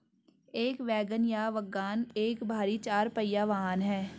एक वैगन या वाग्गन एक भारी चार पहिया वाहन है